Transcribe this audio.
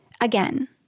again